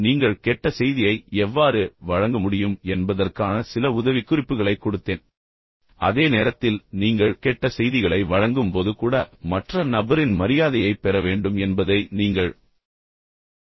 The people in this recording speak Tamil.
எனவே நீங்கள் உண்மையில் கெட்ட செய்தியை எவ்வாறு வழங்க முடியும் என்பதற்கான சில உதவிக்குறிப்புகளை வழங்குவதன் மூலம் நான் முடித்தேன் ஆனால் அதே நேரத்தில் நீங்கள் கெட்ட செய்திகளை வழங்கும்போது கூட மற்ற நபரின் மரியாதையைப் பெற வேண்டும் என்பதை நீங்கள் நினைவில் கொள்ள வேண்டும்